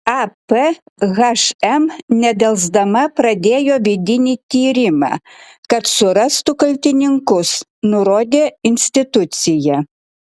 ap hm nedelsdama pradėjo vidinį tyrimą kad surastų kaltininkus nurodė institucija